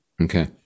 Okay